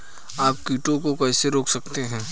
आप कीटों को कैसे रोक सकते हैं?